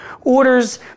orders